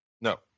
No